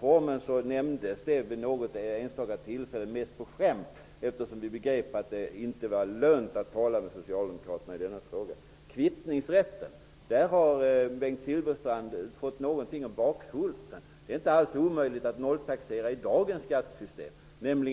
Förslaget nämndes t.o.m. vid något enstaka tillfälle under diskussionerna om skattereformen. Det nämndes mest på skämt, eftersom vi begrep att det inte var lönt att tala med socialdemokraterna i denna fråga. Vad gäller kvittningsrätten har Bengt Silfverstrand fått något om bakfoten. Det är inte alls omöjligt att i dagens skattesystem nolltaxera.